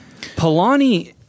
Polanyi